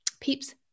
Peep's